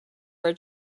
were